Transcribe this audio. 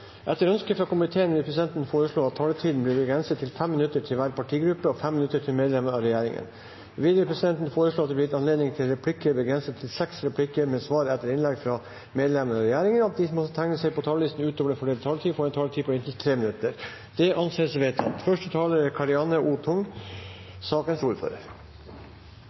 minutter til medlem av regjeringen. Videre vil presidenten foreslå at det – innenfor den fordelte taletid – blir gitt anledning til seks replikker med svar etter innlegg fra medlemmer av regjeringen, og at de som måtte tegne seg på talerlisten utover den fordelte taletid, får en taletid på inntil 3 minutter. – Det anses vedtatt.